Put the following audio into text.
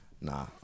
nah